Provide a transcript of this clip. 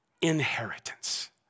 inheritance